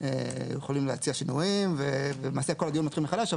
יכולים להציע שינויים ולמעשה כל הדיון מתחיל מחדש,